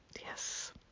Yes